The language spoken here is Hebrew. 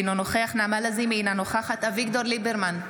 אינו נוכח נעמה לזימי, אינה נוכחת אביגדור ליברמן,